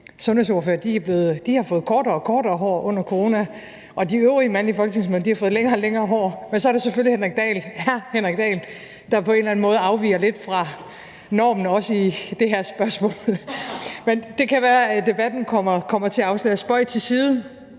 sundhedsordførere har fået kortere og kortere hår under corona, og at de øvrige mandlige folketingsmedlemmer har fået længere og længere hår. Men så er der selvfølgelig hr. Henrik Dahl, der på en eller anden måde afviger lidt fra normen også i det her spørgsmål. Men det kan være, at debatten kommer til at afsløre det. Spøg til side.